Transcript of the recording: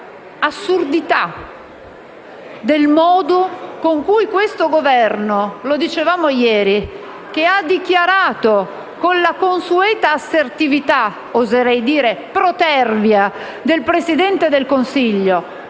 nell'assurdità del modo con cui il Governo - come dicevamo ieri - ha dichiarato, con la consueta assertività - e, oserei dire, protervia - del Presidente per del Consiglio,